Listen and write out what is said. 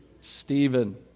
Stephen